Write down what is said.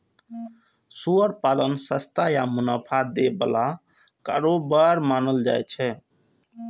सुअर पालन सस्ता आ मुनाफा दै बला कारोबार मानल जाइ छै